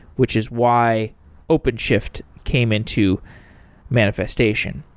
which is why openshift came into manifestation.